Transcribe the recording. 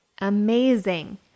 amazing